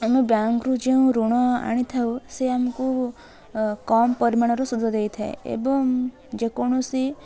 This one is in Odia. ଆମେ ବ୍ୟାଙ୍କରୁ ଯେଉଁ ଋଣ ଆଣିଥାଉ ସେ ଆମକୁ କମ୍ ପରିମାଣର ସୁଧ ଦେଇଥାଏ ଏବଂ ଯେକୌଣସି